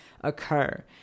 occur